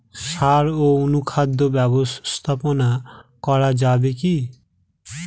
সাড় ও অনুখাদ্য ব্যবস্থাপনা করা যাবে কি?